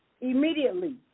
immediately